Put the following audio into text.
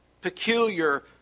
peculiar